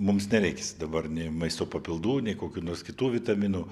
mums nereiks dabar nei maisto papildų nei kokių nors kitų vitaminų